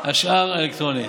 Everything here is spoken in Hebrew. השאר, אלקטרונית.